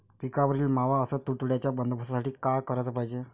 पिकावरील मावा अस तुडतुड्याइच्या बंदोबस्तासाठी का कराच पायजे?